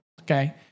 Okay